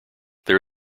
there